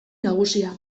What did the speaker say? nagusia